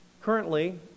Currently